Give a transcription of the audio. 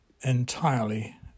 entirely